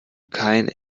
kein